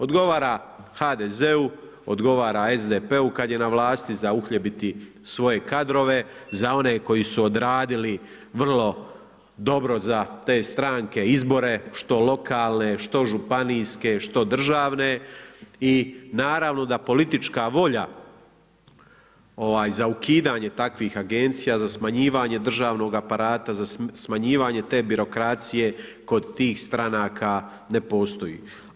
Odgovara HDZ-u, odgovara SDP-u kad je na vlasti za uhljebiti svoje kadrove, za one koji su odradili vrlo dobro za te stranke izbore, što lokalne, što županijske, što državne i naravno da politička volja za ukidanje takvih agencija, za smanjivanje državnoga aparata, za smanjivanje te birokracije kod tih stranaka ne postoji.